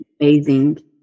Amazing